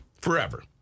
forever